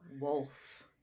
Wolf